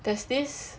there's this